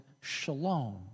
shalom